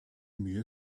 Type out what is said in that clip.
mühe